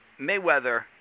Mayweather